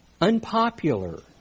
Unpopular